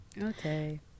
Okay